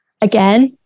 Again